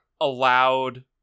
allowed